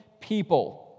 people